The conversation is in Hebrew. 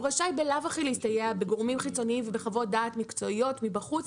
הוא רשאי בלאו הכי להסתייע בגורמים חיצוניים ובחוות דעת מקצועיות מבחוץ,